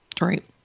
Right